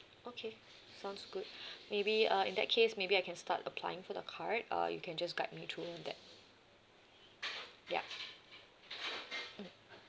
okay sounds good maybe uh in that case maybe I can start applying for the card uh you can just guide me through that ya